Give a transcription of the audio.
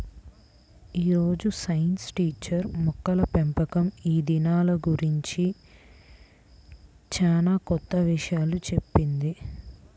యీ రోజు science teacher మొక్కల పెంపకం ఇదానాల గురించి చానా కొత్త విషయాలు చెప్పింది